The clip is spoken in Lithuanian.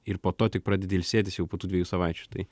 ir po to tik pradedi ilsėtis jau po tų dviejų savaičių tai